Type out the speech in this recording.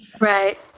Right